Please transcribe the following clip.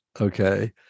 Okay